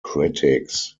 critics